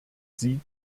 sie